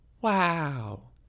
Wow